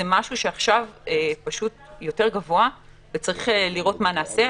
זה משהו שעכשיו פשוט יותר גבוה וצריך לראות מה נעשה.